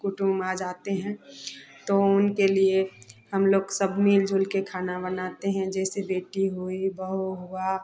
कुटुंब आ जाते हैं तो उनके लिए हम लोग सब कर खाना बनाते हैं जैसे बेटी हुई बहू हुई